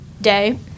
day